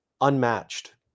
unmatched